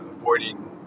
avoiding